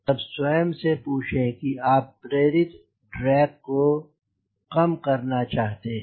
तब स्वयं से पूछें कि आप प्रेरित ड्रैग को कम करना चाहते हैं